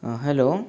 hello